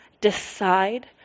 Decide